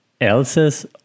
else's